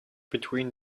between